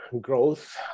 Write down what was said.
growth